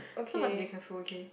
so must be careful okay